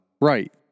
right